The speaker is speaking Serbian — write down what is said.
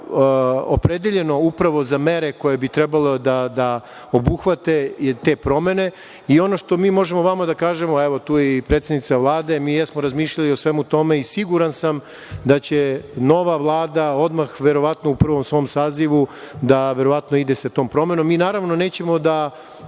opredeljeno upravo za mere koje bi trebalo da obuhvate te promene.I ono što mi možemo vama da kažemo, evo, tu je i predsednica Vlade, mi jesmo razmišljali o svemu tome i siguran sam da će nova Vlada odmah, verovatno, u prvom svom sazivu da ide sa tom promenom. Mi naravno nećemo da